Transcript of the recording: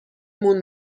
مون